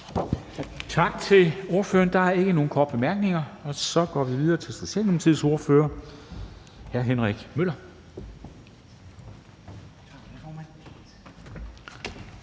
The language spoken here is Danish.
Tak til ordføreren. Der er ikke nogen korte bemærkninger. Og så går vi videre til Socialdemokratiets ordfører, hr. Henrik Møller.